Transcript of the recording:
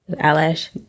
Eyelash